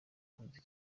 ikunzwe